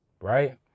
Right